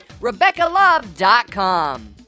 RebeccaLove.com